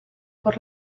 por